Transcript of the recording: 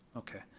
okay.